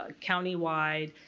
ah countywide,